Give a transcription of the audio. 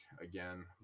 again